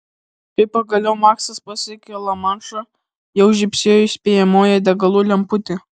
kai pagaliau maksas pasiekė lamanšą jau žybsėjo įspėjamoji degalų lemputė